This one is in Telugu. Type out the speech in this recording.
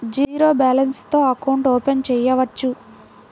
జీరో బాలన్స్ తో అకౌంట్ ఓపెన్ చేయవచ్చు?